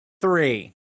three